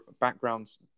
backgrounds